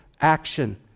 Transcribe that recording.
action